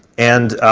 and